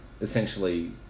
essentially